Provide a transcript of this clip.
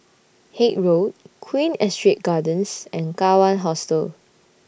Haig Road Queen Astrid Gardens and Kawan Hostel